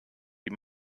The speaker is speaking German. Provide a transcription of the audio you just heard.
die